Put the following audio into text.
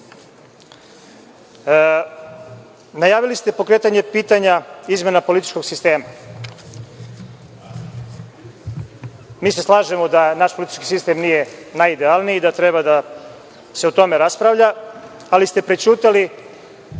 raditi. Najavili ste pokretanje pitanja izmena političkog sistema. Mi se slažemo da naš politički sistem nije najidealniji i da treba da se o tome raspravlja, ali ste prećutali